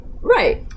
Right